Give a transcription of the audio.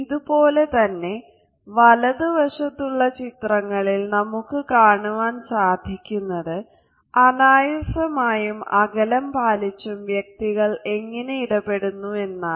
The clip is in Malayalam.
ഇതേപോലെ തന്നെ വലതു വശത്തുള്ള ചിത്രങ്ങളിൽ നമുക്ക് കാണുവാൻ സാധിക്കുന്നത് അനായാസമായും അകലം പാലിച്ചും വ്യക്തികൾ എങ്ങിനെ ഇടപെടുന്നു എന്നാണ്